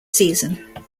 season